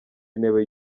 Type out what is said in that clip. intebe